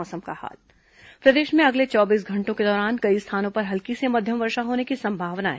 मौसम प्रदेश में अगले चौबीस घंटों के दौरान कई स्थानों पर हल्की से मध्यम वर्षा होने की संभावना है